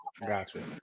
Gotcha